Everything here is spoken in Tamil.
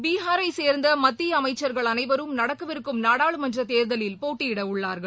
பீஹாரைசேர்ந்தமத்தியஅமைச்சர்கள் அனைவருமேநடக்கவிருக்கும் நாடாளுமன்றதேர்தலில் போட்டியிடவுள்ளார்கள்